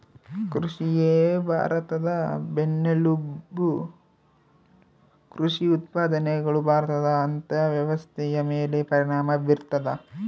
ಕೃಷಿಯೇ ಭಾರತದ ಬೆನ್ನೆಲುಬು ಕೃಷಿ ಉತ್ಪಾದನೆಗಳು ಭಾರತದ ಅರ್ಥವ್ಯವಸ್ಥೆಯ ಮೇಲೆ ಪರಿಣಾಮ ಬೀರ್ತದ